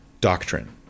doctrine